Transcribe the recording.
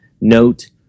note